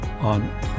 on